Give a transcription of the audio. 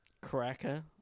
Cracker